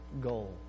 goal